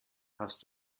hast